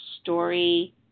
story